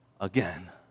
Again